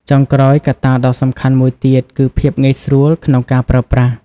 ចុងក្រោយ កត្តាដ៏សំខាន់មួយទៀតគឺ ភាពងាយស្រួលក្នុងការប្រើប្រាស់។